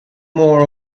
more